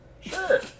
Sure